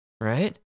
right